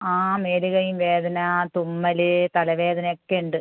ആ മേല് കയ്യും വേദന തുമ്മൽ തലവേദന ഒക്കെ ഉണ്ട്